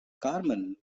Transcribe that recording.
carmen